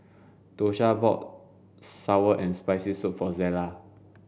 Dosha bought sour and spicy soup for Zella